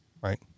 right